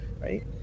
Right